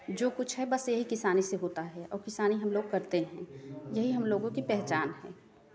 जो कुछ है बस यही किसानी से होता है और किसानी हम लोग करते हैं यही हम लोगों की पहचान है